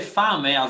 fame